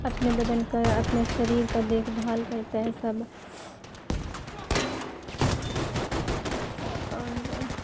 اپنے بدن کا اپنے شریر کا دیکھ بھال کرتے ہیں سب اور